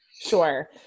Sure